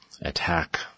attack